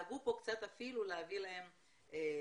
דאגו פה להביא להם עיסוק.